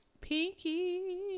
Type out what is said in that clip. Pinky